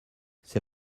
c’est